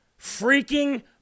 freaking